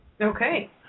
Okay